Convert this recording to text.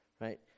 right